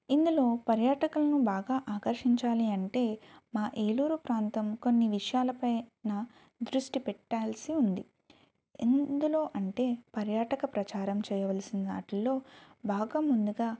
ఇందులో పర్యాటకులను బాగా ఆకర్షించాలి అంటే మా ఏలూరు ప్రాంతం కొన్ని విషయాలపైన దృష్టి పెట్టాల్సి ఉంది ఎందులో అంటే పర్యాటక ప్రచారం చేయవలసిన వాటిల్లో బాగా ముందుగా